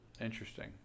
Interesting